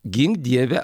gink dieve